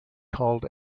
called